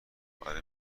آره